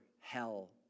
hell